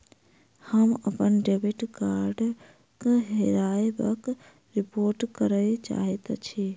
हम अप्पन डेबिट कार्डक हेराबयक रिपोर्ट करय चाहइत छि